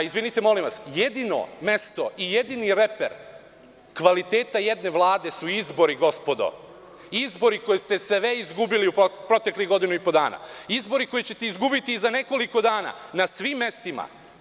Izvinite, molim vas, jedino mesto i jedini reper kvaliteta jedne vlade su izbori, gospodo, izbori koje ste sve izgubili u proteklih godinu i po dana, izbori koje ćete izgubiti za nekoliko dana na svim mestima.